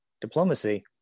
diplomacy